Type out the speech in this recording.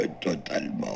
totalement